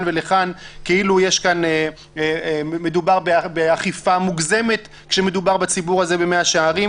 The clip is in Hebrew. ולכאן כאילו מדובר באכיפה מוגזמת כשמדובר בציבור הזה במאה שערים.